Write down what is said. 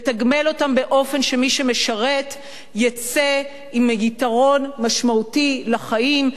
לתגמל אותם באופן שמי שמשרת יצא עם יתרון משמעותי לחיים,